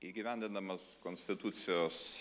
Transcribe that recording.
įgyvendindamas konstitucijos